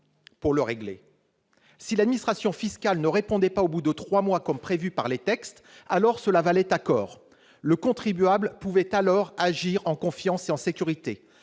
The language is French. pour le résoudre : si l'administration fiscale ne répondait pas au bout de trois mois, comme prévu par les textes, cela valait accord ; le contribuable pouvait alors agir en confiance et en sécurité.